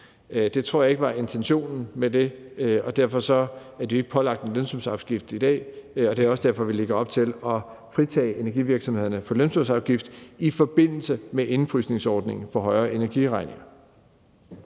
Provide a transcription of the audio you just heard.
Det tror jeg ikke var intentionen med det, og derfor er de jo ikke pålagt en lønsumsafgift i dag. Det er også derfor, at vi lægger op til at fritage energivirksomhederne for lønsumsafgift i forbindelse med indefrysningsordningen for højere energiregninger.